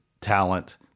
talent